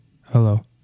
hello